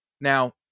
Now